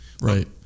right